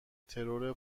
ترور